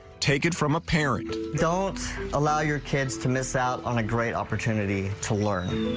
take it from a parent. don't allow your kids to miss out on a great opportunity to learn.